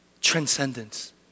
transcendence